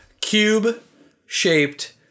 cube-shaped